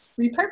repurpose